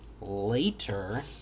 later